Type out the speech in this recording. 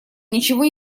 ничего